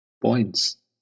Points